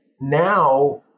now